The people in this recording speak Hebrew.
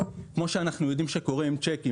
כמו שאנחנו יודעים שקורה עם צ'קים.